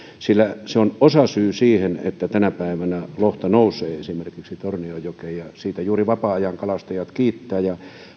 sillä se on osasyy siihen että tänä päivänä lohta nousee esimerkiksi tornionjokeen ja siitä juuri vapaa ajankalastajat kiittävät ja